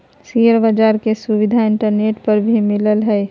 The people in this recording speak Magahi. शेयर बाज़ार के सुविधा इंटरनेट पर भी मिलय हइ